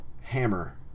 hammer